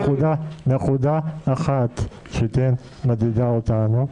נקודה אחת שכן מדאיגה אותנו,